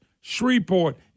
Shreveport